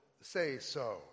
say-so